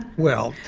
well,